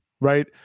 right